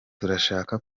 turashaka